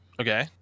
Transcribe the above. Okay